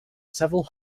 several